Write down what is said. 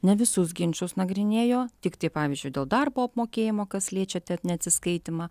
ne visus ginčus nagrinėjo tiktai pavyzdžiui dėl darbo apmokėjimo kas liečia ten neatsiskaitymą